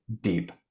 deep